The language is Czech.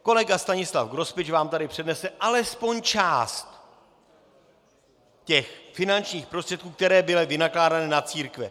Kolega Stanislav Grospič vám tu přednesl alespoň část finančních prostředků, které byly vynakládány na církve.